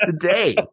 today